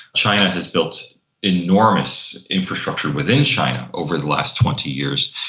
china has built enormous infrastructure within china over the last twenty years.